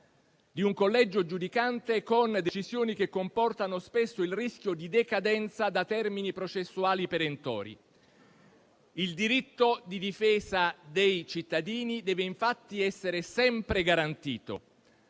di un collegio giudicante con decisioni che comportano spesso il rischio di decadenza da termini processuali perentori. Il diritto di difesa dei cittadini deve infatti essere sempre garantito